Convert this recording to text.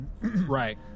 Right